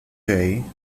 there